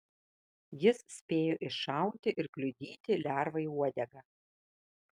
jis spėjo iššauti ir kliudyti lervai uodegą